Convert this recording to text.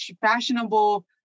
fashionable